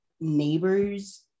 neighbor's